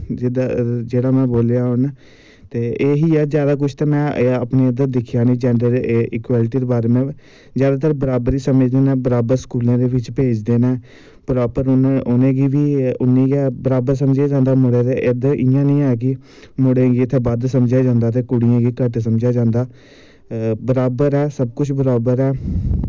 जेह्ड़ा में बोल्लेआ हून ते एही ऐ जादा कुछ ते में अपने उध्दर दिक्खेआ नी जैंडर इकवैलटी दे बारे में जादातर बराबर ई समझदे नै बराबर स्कूलें दै बिच्च भेजदे नै प्रापर उनेंगी बी उन्नी गै बराबर समझेआ जंदा मुड़ा ते इध्दर इ'यां नी ऐ कि मुड़ें गी इत्थें बध्द समझेआ जंदा ते कुड़ियें गी घट्ट समझेआ जंदा बराबर ऐ सब कुछ बराबर ऐ